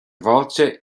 bhfáilte